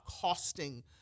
costing